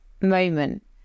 moment